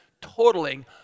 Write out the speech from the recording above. totaling